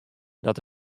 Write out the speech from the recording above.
dat